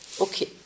Okay